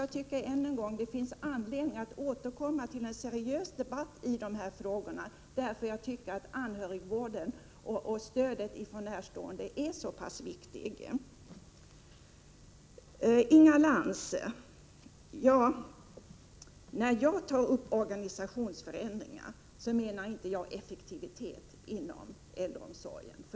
Jag vill upprepa att det finns anledning att återkomma till en seriös debatt i dessa frågor, därför att anhörigvården och stödet från närstående är så viktiga. Inga Lantz! När jag talar om organisationsförändringar menar jag inte effektiviteten inom äldreomsorgen.